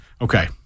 Okay